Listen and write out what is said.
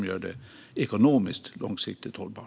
Det gör det ekonomiskt långsiktigt hållbart.